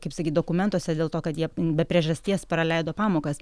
kaip sakyt dokumentuose dėl to kad jie be priežasties praleido pamokas